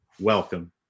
welcome